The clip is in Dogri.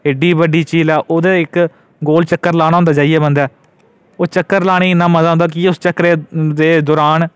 एह्डी बड़ी झील ऐ ओह्दे इक गोल चक्कर लाना होंदा जाइयै बंदा ओह् चककर लाने गी इन्ना मजा आंदा कि उस चक्कर दे दौरान